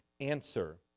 answer